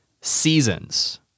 seasons